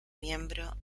miembro